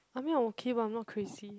I mean I'm okay but I'm not crazy